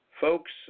Folks